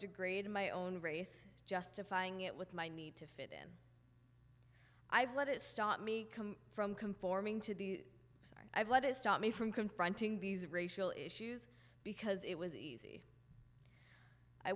degrade in my own race justifying it with my need to i've let it stop me from conforming to the sorry i've let it stop me from confronting these racial issues because it was easy i